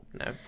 No